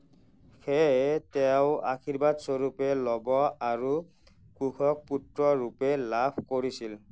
সেয়েহে তেওঁ আশীৰ্বাদ স্বৰূপে লৱ আৰু কুশক পুত্ৰ ৰূপে লাভ কৰিছিল